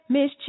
Miss